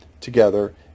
together